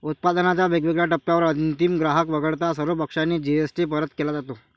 उत्पादनाच्या वेगवेगळ्या टप्प्यांवर अंतिम ग्राहक वगळता सर्व पक्षांना जी.एस.टी परत केला जातो